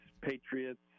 Patriots